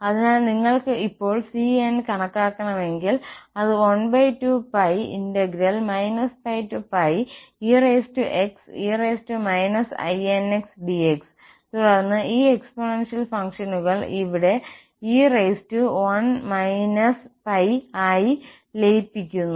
അതിനാൽ നിങ്ങൾക്ക് ഇപ്പോൾ cn കണക്കാക്കണമെങ്കിൽ അത് 12π πexe inxdx തുടർന്ന് ഈ എക്സ്പോണൻഷ്യൽ ഫംഗ്ഷനുകൾ ഇവിടെ e1−¿x ആയി ലയിപ്പിക്കുന്നു